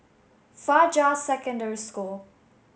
Fajar Secondary School